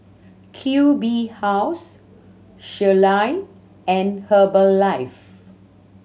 Q B House Sealy and Herbalife